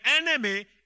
enemy